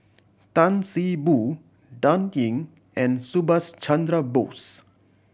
Tan See Boo Dan Ying and Subhas Chandra Bose